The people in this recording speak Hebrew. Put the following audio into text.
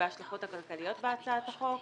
בהצעת החוק,